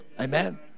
Amen